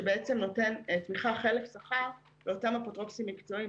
שנותן תמיכה חלף שכר לאותם אפוטרופוסים מקצועיים.